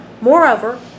Moreover